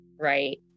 Right